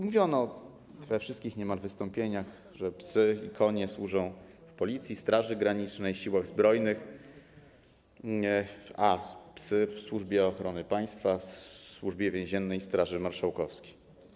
Mówiono we wszystkich niemal wystąpieniach, że psy i konie służą w Policji, Straży Granicznej, w Siłach Zbrojnych, a psy w Służbie Ochrony Państwa, Służbie Więziennej i w Straży Marszałkowskiej.